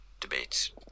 debates